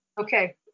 Okay